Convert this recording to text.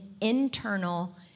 internal